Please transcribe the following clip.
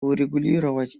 урегулировать